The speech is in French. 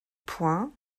point